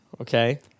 Okay